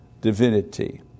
divinity